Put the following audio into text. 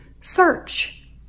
search